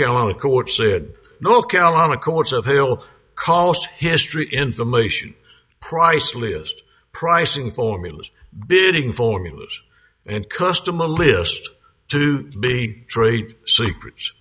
carolina court said north carolina courts of he'll call us history information price list pricing formulas beginning formulas and customer list to be trade secrets